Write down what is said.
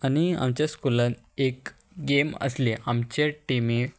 आनी आमच्या स्कुलान एक गेम आसली आमचे टिमी